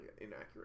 inaccurate